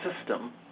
system